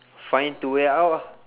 find to way out ah